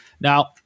now